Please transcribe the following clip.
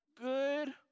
good